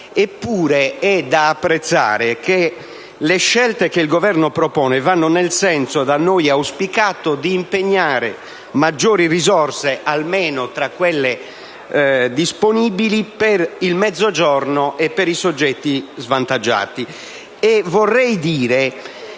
Eppure, è da apprezzare che le scelte che il Governo propone vanno nel senso da noi auspicato di impegnare maggiori risorse, almeno tra quelle disponibili, per il Mezzogiorno e per i soggetti svantaggiati.